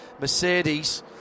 Mercedes